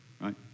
right